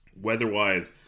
Weather-wise